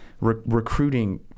Recruiting